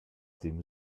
dem